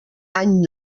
any